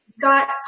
got